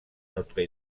notre